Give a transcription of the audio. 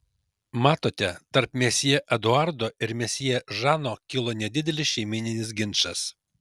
matote tarp mesjė eduardo ir mesjė žano kilo nedidelis šeimyninis ginčas